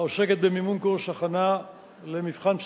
העוסקת במימון קורס הכנה למבחן פסיכומטרי.